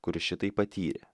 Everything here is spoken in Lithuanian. kuris šitai patyrė